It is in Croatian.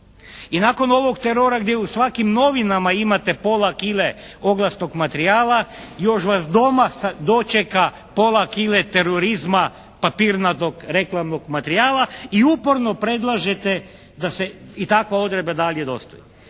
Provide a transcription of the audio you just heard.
I nakon ovog terora gdje je u svakim novinama imate pola kile oglasnog materijala i još vas doma dočeka pola kile terorizma papirnatog reklamnog materijala i uporno predlažete da se i takva odredba dalje …/Govornik